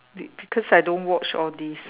be because I don't watch all these